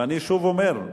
ואני שוב אומר,